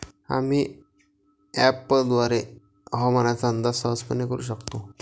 आम्ही अँपपद्वारे हवामानाचा अंदाज सहजपणे करू शकतो